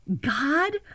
God